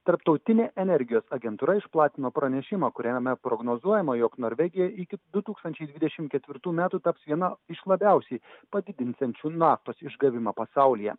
tarptautinė energijos agentūra išplatino pranešimą kuriame prognozuojama jog norvegija iki du tūkstančiai dvidešim ketvirtų metų taps viena iš labiausiai padidinsiančių naftos išgavimą pasaulyje